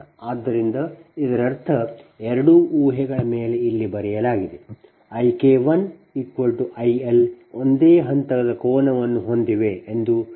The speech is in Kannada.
ಆದ್ದರಿಂದ ಇದರರ್ಥ ಎರಡು ಊಹೆಗಳ ಮೇಲೆ ಇಲ್ಲಿ ಬರೆಯಲಾಗಿದೆ I K1 ಮತ್ತು IL ಒಂದೇ ಹಂತದ ಕೋನವನ್ನು ಹೊಂದಿವೆ ಎಂದು ಸೂಚಿಸುತ್ತದೆ